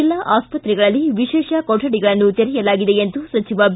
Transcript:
ಜಿಲ್ಲಾ ಆಸ್ಪತ್ರೆಗಳಲ್ಲಿ ವಿಶೇಷ ಕೊಠಡಿಗಳನ್ನು ತೆರೆಯಲಾಗಿದೆ ಎಂದು ಸಚಿವ ಬಿ